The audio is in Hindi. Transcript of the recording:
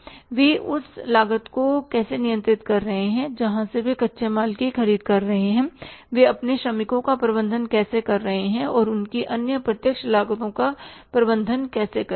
वे उस लागत को कैसे नियंत्रित कर रहे हैं जहां से वे कच्चे माल की ख़रीद कर रहे हैं वे अपने श्रमिकों का प्रबंधन कैसे कर रहे हैं और उनकी अन्य प्रत्यक्ष लागतों का प्रबंधन कैसे कर रहे हैं